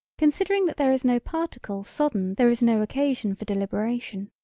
considering that there is no particle sodden there is no occasion for deliberation.